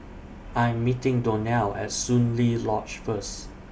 I Am meeting Donnell At Soon Lee Lodge First